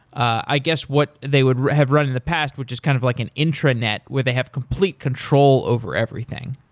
i guess, what they would have run in the past which is kind of like an intranet where they have complete control over everything.